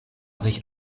sich